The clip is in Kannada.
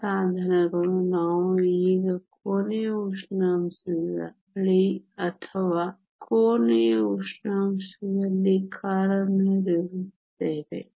ಸಮಸ್ಯೆಯೆಂದರೆ ಹೆಚ್ಚಿನ ಸಾಧನಗಳು ನಾವು ಈಗ ಕೋಣೆಯ ಉಷ್ಣಾಂಶದ ಬಳಿ ಅಥವಾ ಕೋಣೆಯ ಉಷ್ಣಾಂಶದಲ್ಲಿ ಕಾರ್ಯನಿರ್ವಹಿಸುತ್ತೇವೆ